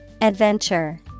Adventure